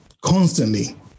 constantly